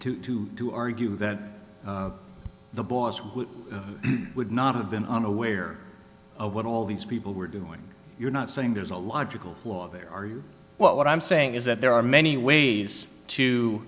to to argue that the boss who would not have been unaware of what all these people were doing you're not saying there's a logical flaw there are you well what i'm saying is that there are many ways to